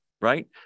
right